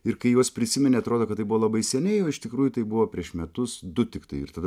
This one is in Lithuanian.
ir kai juos prisimeni atrodo kad tai buvo labai seniai o iš tikrųjų tai buvo prieš metus du tiktai ir tada